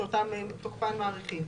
שאת תוקפן מאריכים.